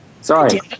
Sorry